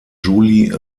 julie